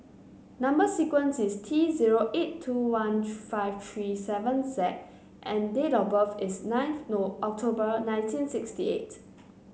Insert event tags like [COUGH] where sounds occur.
number sequence is T zero eight two one [UNINTELLIGIBLE] five three seven Z and date of birth is ninth [UNINTELLIGIBLE] October nineteen sixty nine